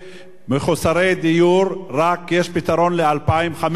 מחוסרי דיור, יש פתרון רק ל-2,500.